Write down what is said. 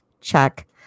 Check